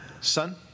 son